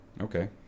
Okay